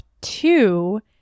two